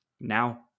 Now